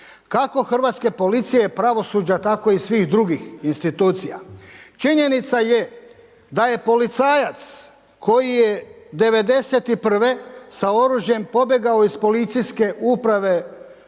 kako hrvatske policije, pravosuđa, tako i svih drugih institucija. Činjenica je da je policajac koji je 91. sa oružjem pobjegao iz Policijske uprave Vinkovci